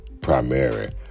primary